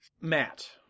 Matt